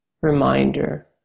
reminder